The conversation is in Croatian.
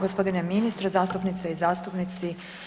gospodine ministre, zastupnice i zastupnici.